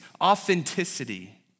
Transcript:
authenticity